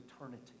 eternity